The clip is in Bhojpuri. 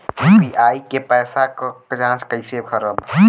यू.पी.आई के पैसा क जांच कइसे करब?